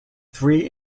three